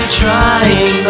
trying